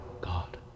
God